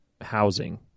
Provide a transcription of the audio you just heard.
housing